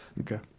Okay